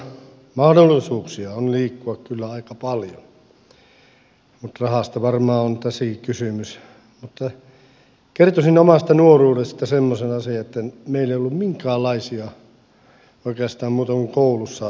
nykyään noita mahdollisuuksia liikkua kyllä on aika paljon vaikka rahasta varmaan on tässäkin kysymys mutta kertoisin omasta nuoruudesta semmoisen asian että meillä ei ollut minkäänlaisia oikeastaan muuta kuin koulussa missä oli jalkapalloa ja sellaista